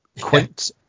Quint